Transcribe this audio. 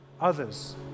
others